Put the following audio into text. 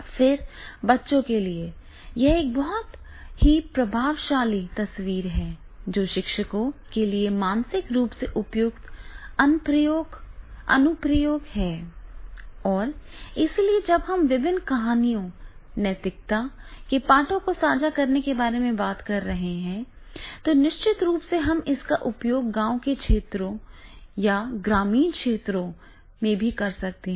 फिर बच्चों के लिए यह एक बहुत ही प्रभावशाली तस्वीर है जो शिक्षकों के लिए मानसिक रूप से उपयुक्त अनुप्रयोग अनुप्रयोग है और इसलिए जब हम विभिन्न कहानियों नैतिकता के पाठों को साझा करने के बारे में बात कर रहे हैं तो निश्चित रूप से हम इसका उपयोग गांव के क्षेत्रों या ग्रामीण क्षेत्रों में भी कर सकते हैं